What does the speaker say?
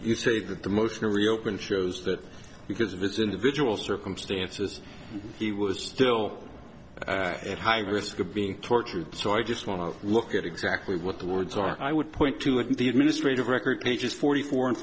you say that the most you're reopen shows that because of his individual circumstances he was still at high risk of being tortured so i just want to look at exactly what the words are i would point to it in the administrative record pages forty four and